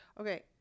Okay